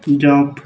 jump